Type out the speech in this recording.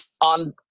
on